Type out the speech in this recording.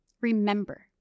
remember